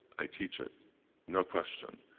i teach it no question.